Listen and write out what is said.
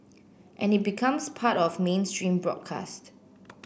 and it becomes part of mainstream broadcast